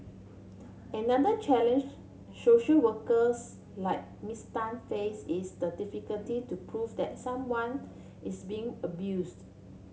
another challenge social workers like Miss Tan face is the difficulty to prove that someone is being abused